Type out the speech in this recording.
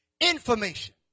Information